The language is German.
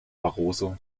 barroso